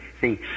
see